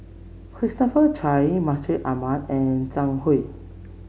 Christopher Chia Mustaq Ahmad and Zhang Hui